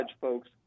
folks